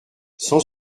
cent